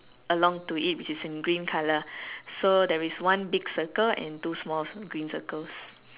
along to it which is in green colour so there is one big circle and two small green circles